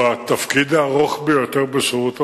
הוא בעל התפקיד הארוך ביותר בשירות המדינה?